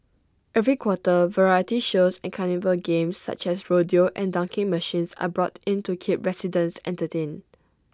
every quarter variety shows and carnival games such as rodeo and dunking machines are brought in to keep residents entertained